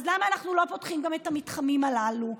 למה אנחנו לא פותחים גם את המתחמים הללו?